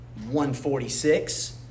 146